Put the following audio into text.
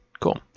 Cool